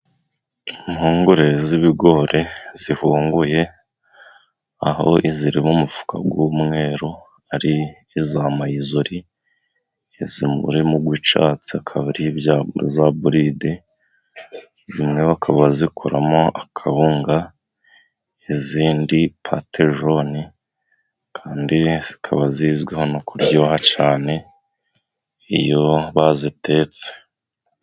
Impungure z'ibigori zivunguye, aho iziri mu mufuka w'umweru ari iza mayizori izi muri guca akaba ari bya za buride zimwe ba bakaba zikuramo akawunga izindi patejoni, kandi zikaba zizwiho mu kuryoha cyane iyo bazitetse.